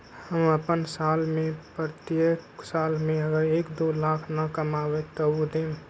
हम अपन साल के प्रत्येक साल मे अगर एक, दो लाख न कमाये तवु देम?